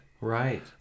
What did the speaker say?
Right